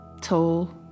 Tall